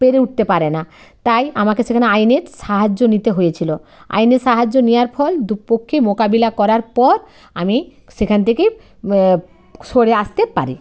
পেরে উঠতে পারে না তাই আমাকে সেখানে আইনের সাহায্য নিতে হয়েছিলো আইনের সাহায্য নেওয়ার ফল দু পক্ষে মোকাবিলা করার পর আমি সেখান থেকেই সরে আসতে পারে